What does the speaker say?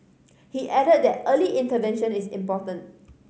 he added that early intervention is important